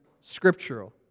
scriptural